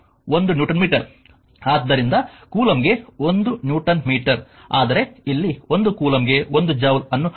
ಆದ್ದರಿಂದ ಕೂಲಂಬ್ಗೆ ಒಂದು ನ್ಯೂಟನ್ ಮೀಟರ್ ಆದರೆ ಇಲ್ಲಿ ಒಂದು ಕೂಲಂಬ್ಗೆ 1 ಜೌಲ್ ಅನ್ನು ಬಳಸಲಾಗುತ್ತದೆ